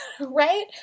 right